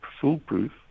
foolproof